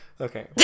Okay